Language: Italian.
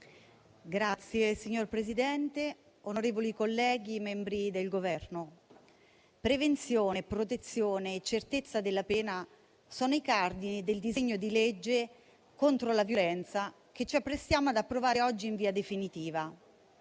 *(FdI)*. Signor Presidente, onorevoli colleghi, membri del Governo, prevenzione, protezione e certezza della pena sono i cardini del disegno di legge contro la violenza che ci apprestiamo ad approvare oggi in via definitiva.